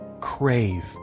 crave